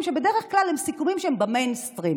שבדרך כלל הם סיכומים שבמיינסטרים,